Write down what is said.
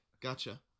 Gotcha